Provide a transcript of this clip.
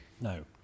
No